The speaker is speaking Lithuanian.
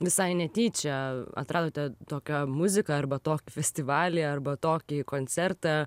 visai netyčia atradote tokią muziką arba tokį festivalį arba tokį koncertą